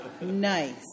Nice